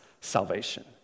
salvation